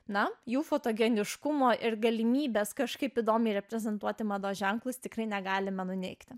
na jų fotogeniškumo ir galimybės kažkaip įdomiai reprezentuoti mados ženklus tikrai negalime nuneigti